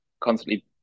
constantly